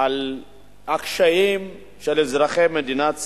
על הקשיים של אזרחי מדינת ישראל,